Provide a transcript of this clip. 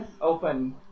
open